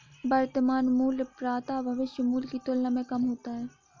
वर्तमान मूल्य प्रायः भविष्य मूल्य की तुलना में कम होता है